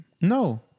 No